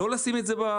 לא לשים את זה במקפיא,